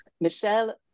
Michelle